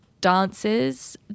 dances